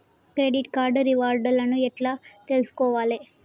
Credit card reward లను ఎట్ల తెలుసుకోవాలే?